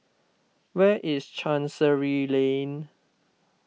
where is Chancery Lane